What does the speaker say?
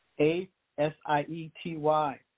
A-S-I-E-T-Y